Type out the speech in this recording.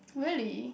really